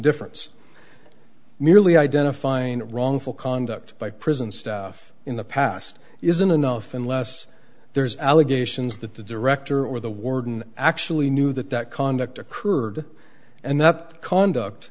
indifference merely identifying wrongful conduct by prison staff in the past isn't enough unless there's allegations that the director or the warden actually knew that that conduct occurred and that conduct